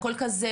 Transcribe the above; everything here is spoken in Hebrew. הכל כזה,